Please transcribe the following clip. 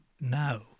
now